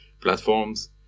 platforms